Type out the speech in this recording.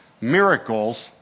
Miracles